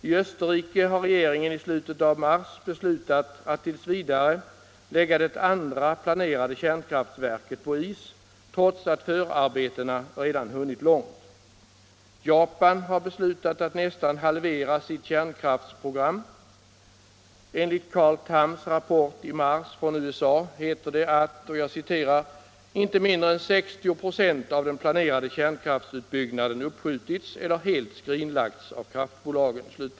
I Österrike beslutade regeringen i slutet av mars att t. v. lägga det andra planerade kärnkraftverket på is, trots att förarbetena redan hunnit långt. Japan har beslutat att nästan halvera sitt kärnkraftsprogram. Enligt Carl Thams rapport från USA i mars heter det att ”inte mindre än 60 96 av den planerade kärnkraftsutbyggnaden uppskjutits eller helt skrinlagts av kraftbolagen”.